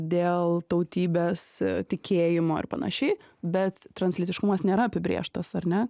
dėl tautybės tikėjimo ir panašiai bet translytiškumas nėra apibrėžtas ar ne